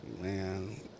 Man